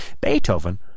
Beethoven